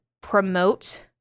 promote